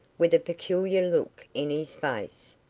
with a peculiar look in his face.